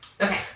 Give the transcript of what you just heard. Okay